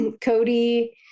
cody